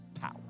power